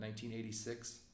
1986